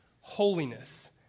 holiness